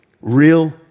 Real